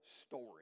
story